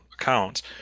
accounts